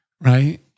Right